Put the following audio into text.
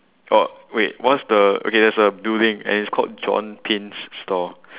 oh wait what's the okay there's a building and it's called john pins stall